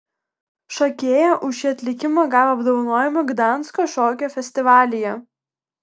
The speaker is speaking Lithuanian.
šokėja už šį atlikimą gavo apdovanojimą gdansko šokio festivalyje